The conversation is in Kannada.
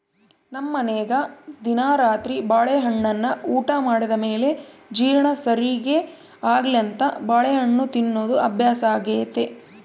ನಮ್ಮನೆಗ ದಿನಾ ರಾತ್ರಿ ಬಾಳೆಹಣ್ಣನ್ನ ಊಟ ಮಾಡಿದ ಮೇಲೆ ಜೀರ್ಣ ಸರಿಗೆ ಆಗ್ಲೆಂತ ಬಾಳೆಹಣ್ಣು ತಿನ್ನೋದು ಅಭ್ಯಾಸಾಗೆತೆ